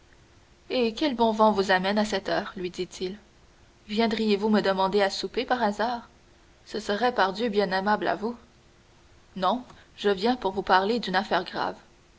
eh quel bon vent vous amène à cette heure lui dit-il viendriez vous me demander à souper par hasard ce serait pardieu bien aimable à vous non je viens pour vous parler d'une affaire grave